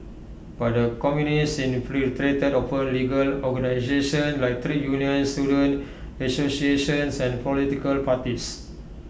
but the communists infiltrated open legal organisations like trade unions student associations and political parties